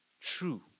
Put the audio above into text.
true